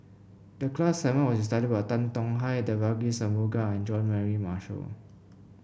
the class assignment was to study about Tan Tong Hye Devagi Sanmugam and Jean Mary Marshall